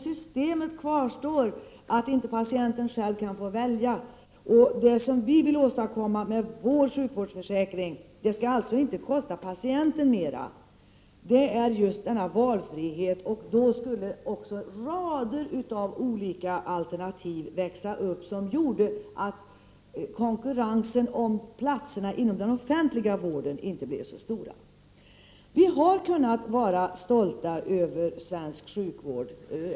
Systemet kvarstår att patienterna själv inte kan få välja. Det system vi vill åstadkomma med vår sjukvårdsförsäkring skall inte kosta patienterna mera. Vi vill ha valfrihet. Det skulle också medföra att rader av olika alternativ skulle växa fram, medförande att konkurrensen om platserna inom den offentliga vården inte skulle bli så stor. Vi har kunnat vara stolta över den svenska sjukvården.